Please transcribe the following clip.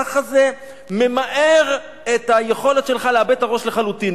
ככה זה ממהר את היכולת שלך לאבד את הראש לחלוטין.